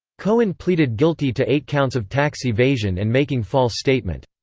cohen pleaded guilty to eight counts of tax evasion and making false statement.